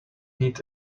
need